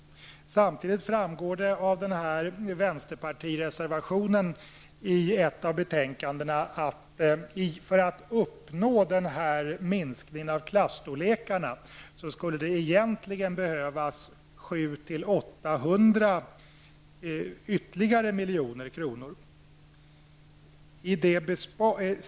Samtidigt framgår det av vänsterpartireservationen i ett av betänkandena att för att uppnå minskningen av klasstorlekarna skulle det egentligen behövas ytterligare 700--800 milj.kr.